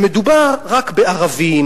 שמדובר רק בערבים,